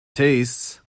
tastes